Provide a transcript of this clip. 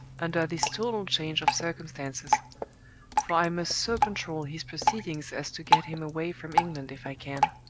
under this total change of circumstances for i must so control his proceedings as to get him away from england if i can.